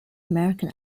american